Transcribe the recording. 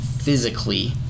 physically